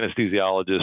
anesthesiologist